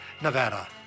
Nevada